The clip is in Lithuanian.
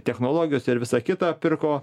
technologijos ir visa kita pirko